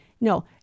no